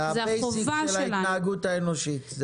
זה הבסיס של ההתנהגות האנושית.